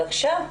בבקשה.